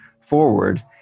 forward